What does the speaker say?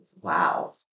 Wow